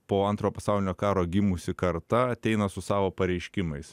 po antro pasaulinio karo gimusi karta ateina su savo pareiškimais